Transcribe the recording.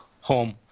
home